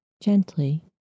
Gently